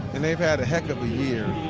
and they've had a heck of a year.